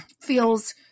feels